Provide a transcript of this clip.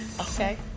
Okay